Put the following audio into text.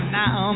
now